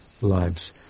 lives